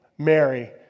Mary